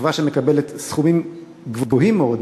שכבה שמקבלת סכומים גבוהים מאוד,